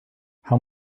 how